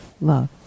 love